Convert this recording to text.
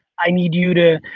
i need you to,